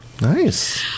Nice